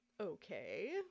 okay